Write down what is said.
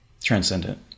transcendent